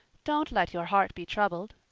don't let your heart be troubled,